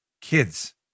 Kids